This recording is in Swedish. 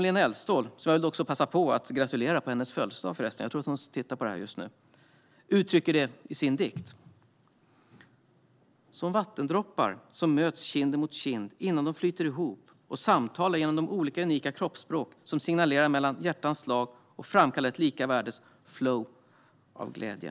Lena Eldståhl - som jag vill passa på att gratulera på hennes födelsedag; jag tror att hon tittar på debatten - uttrycker i sin dikt: Som vattendroppar sommöts kind emot kind innande flyter ihop ochsamtalar genom de olikaunika kroppsspråk somsignalerar mellanhjärtans slag ochframkallar ett lika värdesflow av glädje